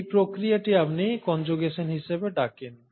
এই প্রক্রিয়াটি আপনি কনজুগেশন হিসাবে ডাকেন